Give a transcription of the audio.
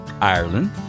Ireland